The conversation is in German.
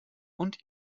und